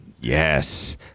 Yes